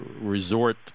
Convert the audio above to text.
resort